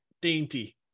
Dainty